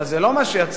אבל זה לא מה שיצא,